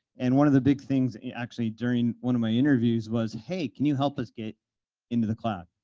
and one of the big things actually during one of my interviews was, hey, can you help us get into the cloud?